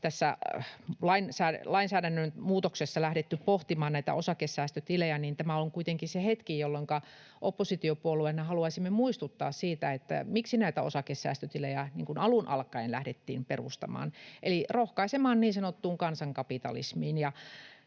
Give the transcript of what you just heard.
tässä lainsäädännön muutoksessa lähdetty pohtimaan näitä osakesäästötilejä. Tämä on kuitenkin se hetki, jolloinka oppositiopuolueina haluaisimme muistuttaa siitä, miksi näitä osakesäästötilejä alun alkaen lähdettiin perustamaan, eli rohkaisemaan niin sanottuun kansankapitalismiin.